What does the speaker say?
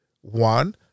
one